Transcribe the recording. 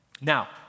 Now